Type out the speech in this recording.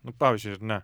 nu pavyzdžiui ar ne